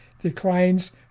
declines